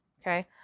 Okay